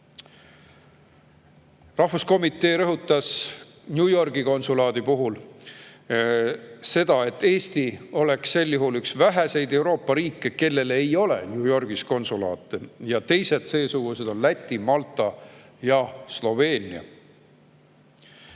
liikmetega. Rahvuskomitee rõhutas New Yorgi konsulaadi puhul seda, et Eesti oleks selle [sulgemise järel] üks väheseid Euroopa riike, kellel ei ole New Yorgis konsulaati, teised seesugused on Läti, Malta ja Sloveenia.